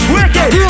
Wicked